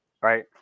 right